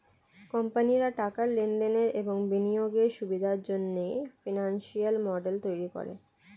কোম্পানিরা টাকার লেনদেনের এবং বিনিয়োগের সুবিধার জন্যে ফিনান্সিয়াল মডেল তৈরী করে